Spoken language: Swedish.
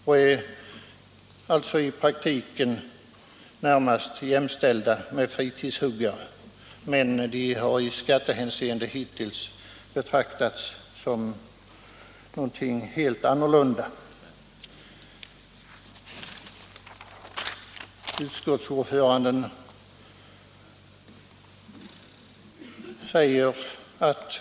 De är alltså i praktiken närmast att jämställa med fritidshuggare, men i skattehänseende har de hittills betraktats helt annorlunda.